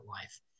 life